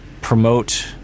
promote